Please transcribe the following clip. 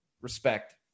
respect